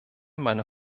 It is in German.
meiner